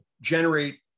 generate